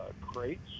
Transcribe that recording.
crates